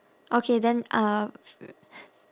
okay then uh